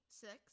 Six